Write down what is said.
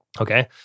Okay